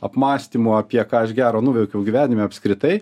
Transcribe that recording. apmąstymų apie ką aš gero nuveikiau gyvenime apskritai